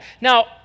Now